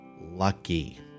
lucky